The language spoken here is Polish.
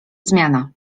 zmiana